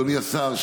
אדוני השר,